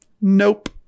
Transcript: Nope